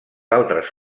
altres